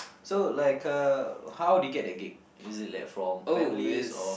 so like uh how did you get that gig is it like from families or